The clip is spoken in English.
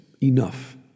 Enough